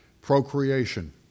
procreation